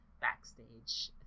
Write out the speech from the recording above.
backstage